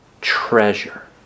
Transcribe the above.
treasure